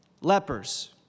lepers